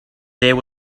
there